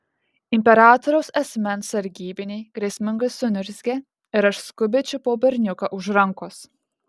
imperatoriaus asmens sargybiniai grėsmingai suniurzgė ir aš skubiai čiupau berniuką už rankos